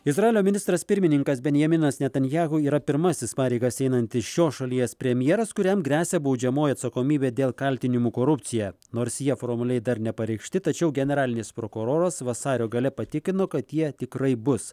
izraelio ministras pirmininkas benjaminas netanijahu yra pirmasis pareigas einantis šios šalies premjeras kuriam gresia baudžiamoji atsakomybė dėl kaltinimų korupcija nors jie formaliai dar nepareikšti tačiau generalinis prokuroras vasario gale patikino kad jie tikrai bus